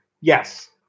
yes